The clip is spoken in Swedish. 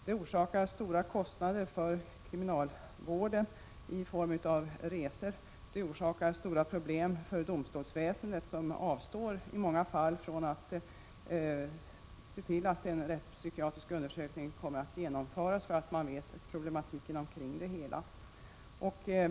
Detta förorsakar stora kostnader för kriminalvården i form av resor, vidare svåra problem för domstolsväsendet, som i många fall avstår från att se till att en rättspsykiatrisk undersökning genomförs, därför att man är medveten om problematiken kring det hela.